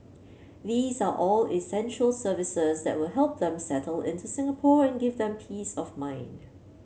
these are all essential services that will help them settle into Singapore and give them peace of mind